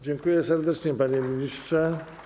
Dziękuję serdecznie, panie ministrze.